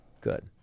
Good